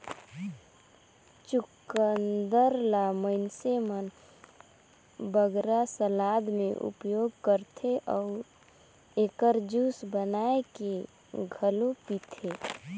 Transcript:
चुकंदर ल मइनसे मन बगरा सलाद में उपयोग करथे अउ एकर जूस बनाए के घलो पीथें